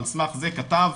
על סמך זה כתב: